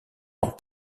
dans